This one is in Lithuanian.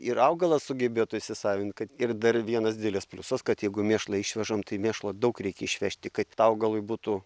ir augalą sugebėtų įsisavinti kad ir dar vienas didelis pliusas kad jeigu mėšlą išvežam tai mėšlo daug reikia išvežti kad augalui būtų